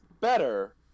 better